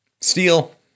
steel